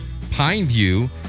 Pineview